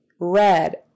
red